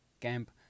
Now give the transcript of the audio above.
camp